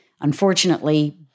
Unfortunately